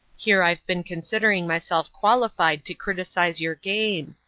here i've been considering myself qualified to criticize your game.